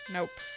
Nope